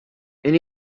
and